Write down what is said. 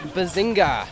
Bazinga